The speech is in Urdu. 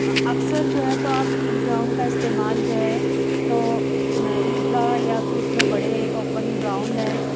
اکثر جو ہے تو اب عیدگاہوں کا استعمال جو ہے تو عیدگاہ یا پھر جو بڑے اوپن گراؤنڈ ہیں